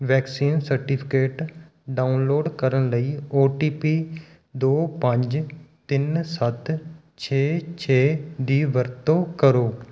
vaccine certificate download ਕਰਨ ਲਈ O T P ਦੋ ਪੰਜ ਤਿੰਨ ਸੱਤ ਛੇ ਛੇ ਦੀ ਵਰਤੋਂ ਕਰੋ